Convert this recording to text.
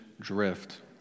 drift